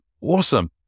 awesome